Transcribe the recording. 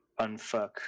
unfuck